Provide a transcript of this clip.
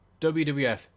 wwf